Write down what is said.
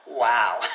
wow